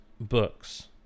books